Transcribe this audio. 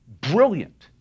Brilliant